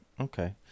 Okay